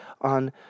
on